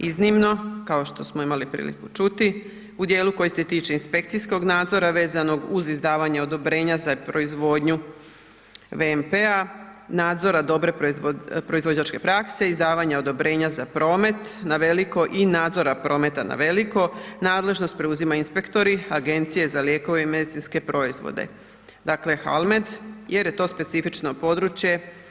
Iznimno, kao što smo imali priliku čuti u dijelu koji se tiče inspekcijskog nadzora vezanog uz izdavanje odobrenja za proizvodnju VMP-a, nadzora dobre proizvođačke prakse, izdavanje odobrenja za promet na veliko i nadzora prometa na veliko, nadležnost preuzimaju inspektori, agencije za lijekove i medicinske proizvode, dakle HALMED jer je to specifično područje.